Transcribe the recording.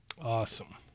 Awesome